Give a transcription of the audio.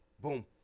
boom